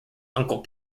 uncle